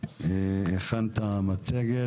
הכנת מצגת.